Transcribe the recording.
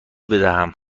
بدهم